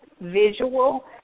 visual